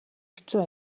хэцүү